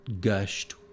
gushed